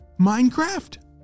Minecraft